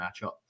matchup